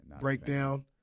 breakdown